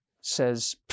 says